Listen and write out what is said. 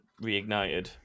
Reignited